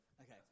Okay